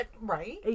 right